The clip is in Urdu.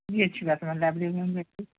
جی اچھی بات ہے میم لائبریری میں ہم بیٹھتی